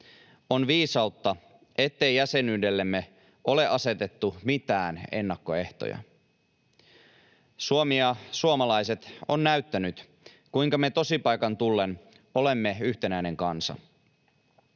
On viisautta, ettei jäsenyydellemme ole asetettu mitään ennakkoehtoja. Suomi ja suomalaiset ovat näyttäneet, kuinka me tosipaikan tullen olemme yhtenäinen kansa.